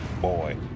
Boy